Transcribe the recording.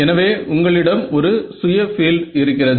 எனவே உங்களிடம் ஒரு சுய பீல்டு இருக்கிறது